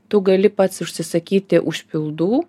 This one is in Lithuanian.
tu gali pats užsisakyti užpildų